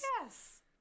Yes